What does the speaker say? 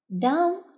down